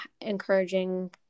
encouraging